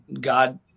God